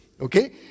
Okay